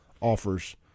offers